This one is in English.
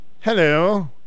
Hello